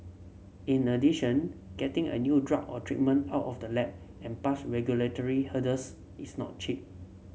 in addition getting a new drug or treatment out of the lab and past regulatory hurdles is not cheap